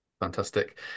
Fantastic